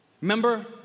Remember